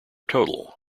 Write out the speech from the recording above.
total